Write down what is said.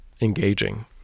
engaging